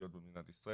במדינת ישראל.